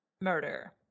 murder